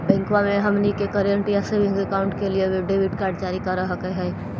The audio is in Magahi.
बैंकवा मे हमनी के करेंट या सेविंग अकाउंट के लिए डेबिट कार्ड जारी कर हकै है?